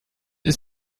ist